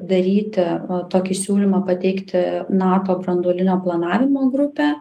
daryti tokį siūlymą pateikti nato branduolinio planavimo grupę